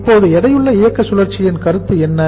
இப்போது எடையுள்ள இயக்க சுழற்சியின் கருத்து என்ன